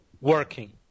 working